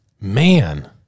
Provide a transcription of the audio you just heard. Man